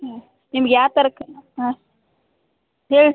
ಹ್ಞೂ ನಿಮ್ಗೆ ಯಾವ ತರ್ಕ್ ಹಾಂ ಹೇಳಿ